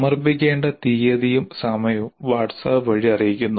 സമർപ്പിക്കേണ്ട തീയതിയും സമയവും വാട്ട്സ്ആപ്പ് വഴി അറിയിക്കുന്നു